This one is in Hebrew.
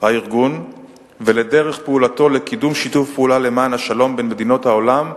הארגון ולדרך פעולתו לקידום שיתוף פעולה למען השלום בין מדינות העולם,